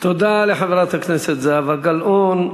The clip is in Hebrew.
תודה לחברת הכנסת זהבה גלאון.